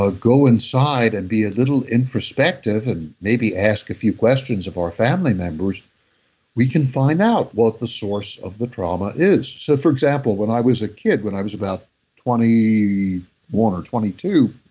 ah go inside and be a little introspective and maybe ask a few questions of our family members we can find out what the source of the trauma is so, for example, when i was a kid when i was about twenty one or twenty two,